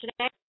today